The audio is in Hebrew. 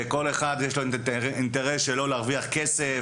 כשלכל אחד מהם יש אינטרס להרוויח כסף.